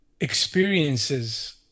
experiences